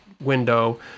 window